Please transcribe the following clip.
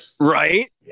Right